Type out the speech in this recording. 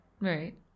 right